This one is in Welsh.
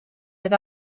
oedd